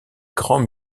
grands